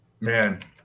Man